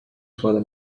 for